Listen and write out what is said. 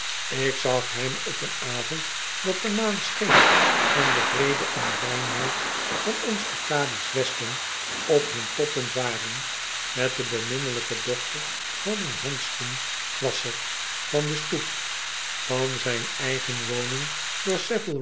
ik zag hem op een avond dat de maan scheen en de vrede en reinheid van ons arcadisch westen op hun toppunt waren met de beminnelijke dochter van oen handschoenwasscher van de stoep van zijn eigen woning